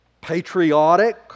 patriotic